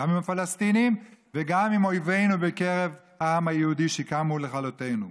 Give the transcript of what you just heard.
גם עם הפלסטינים וגם עם אויבינו בקרב העם היהודי שקמו לכלותנו.